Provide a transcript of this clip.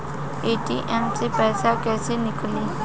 ATM से पैसा कैसे नीकली?